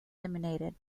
eliminated